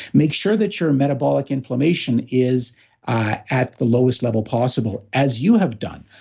make sure that your metabolic inflammation is at the lowest level possible as you have done,